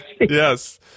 Yes